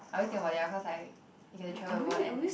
I already think about it ah cause I you get to travel the world and